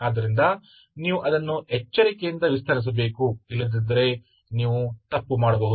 ಆದ್ದರಿಂದ ನೀವು ಅದನ್ನು ಎಚ್ಚರಿಕೆಯಿಂದ ವಿಸ್ತರಿಸಬೇಕು ಇಲ್ಲದಿದ್ದರೆ ನೀವು ತಪ್ಪು ಮಾಡಬಹುದು